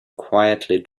quietly